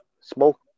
Smoke